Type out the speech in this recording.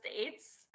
States